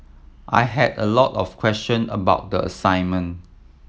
I had a lot of question about the assignment